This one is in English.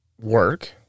work